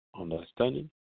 understanding